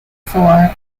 for